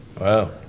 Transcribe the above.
Wow